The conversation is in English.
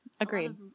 agreed